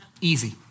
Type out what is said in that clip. easy